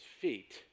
feet